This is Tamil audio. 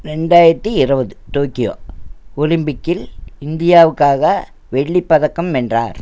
ரெண்டாயிரத்து இருபது டோக்கியோ ஒலிம்பிக்கில் இந்தியாவுக்காக வெள்ளிப் பதக்கம் வென்றார்